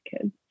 kids